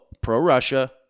pro-Russia